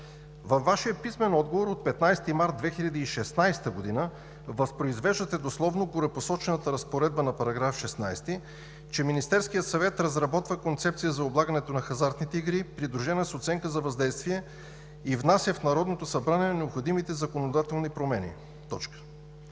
Във Вашия писмен отговор от 15 март 2016 г. възпроизвеждате дословно горепосочената разпоредба на § 16, че Министерският съвет разработва концепция за облагането на хазартните игри, придружена с оценка за въздействие, и внася в Народното събрание необходимите законодателни промени. Малко